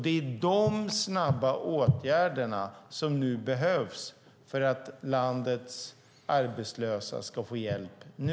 Det är dessa snabba åtgärder som nu behövs för att landets arbetslösa ska få hjälp nu.